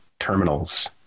terminals